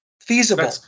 feasible